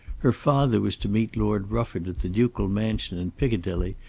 her father was to meet lord rufford at the ducal mansion in piccadilly,